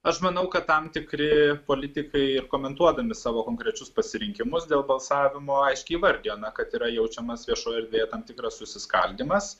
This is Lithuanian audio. aš manau kad tam tikri politikai ir komentuodami savo konkrečius pasirinkimus dėl balsavimo aiškiai įvardijome kad yra jaučiamas viešoj erdvėje tam tikras susiskaldymas